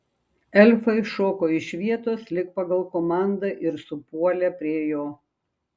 elfai šoko iš vietos lyg pagal komandą ir supuolė prie jo